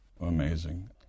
Amazing